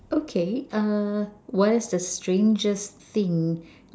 okay uh what is the strangest thing